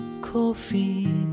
Coffee